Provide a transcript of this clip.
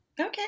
Okay